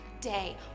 day